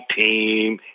team